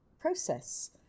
process